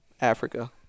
Africa